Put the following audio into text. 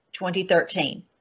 2013